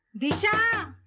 disha,